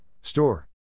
Store